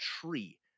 tree